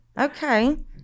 Okay